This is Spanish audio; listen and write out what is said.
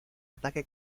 ataque